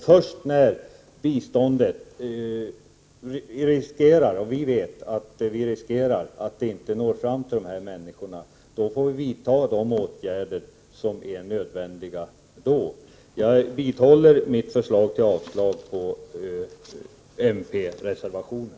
Först när vi vet att vi riskerar att biståndet inte når fram till dem skall vi vidta de åtgärder som är nödvändiga då. Jag vidhåller mitt förslag om avslag på mp-reservationen.